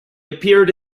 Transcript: appeared